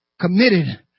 committed